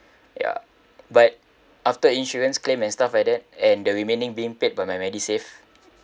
ya but after insurance claim and stuff like that and the remaining being paid by my MediSave